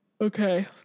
Okay